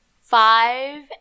five